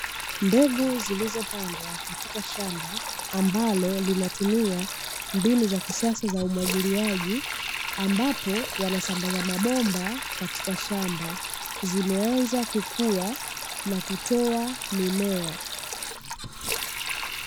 Mbegu zilizopandwa katika shamba ambalo linatumia mbinu za kisasa za umwagiliaji, ambapo wanasambaza mabomba katika shamba; zimeanza kukua na kutoa mimea.